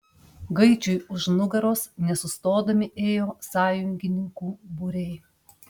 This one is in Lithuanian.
gaidžiui už nugaros nesustodami ėjo sąjungininkų būriai